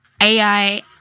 AI